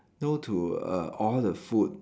no to err all the food